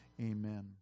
amen